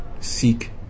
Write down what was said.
Seek